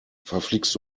verflixt